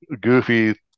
goofy